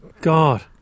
God